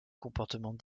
comportement